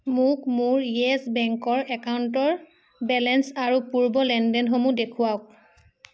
মোক মোৰ য়েছ বেংকৰ একাউণ্টৰ বেলেঞ্চ আৰু পূৰ্বৰ লেনদেনসমূহ দেখুৱাওক